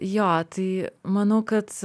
jo tai manau kad